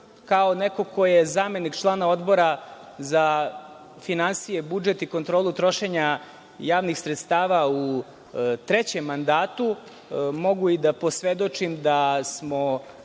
neko ko je zamenik člana Odbora za finansije, budžet i kontrolu trošenja javnih sredstava u trećem mandatu, mogu i da posvedočim da smo